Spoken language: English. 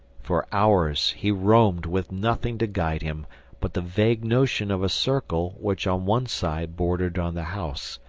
for hours he roamed with nothing to guide him but the vague notion of a circle which on one side bordered on the house,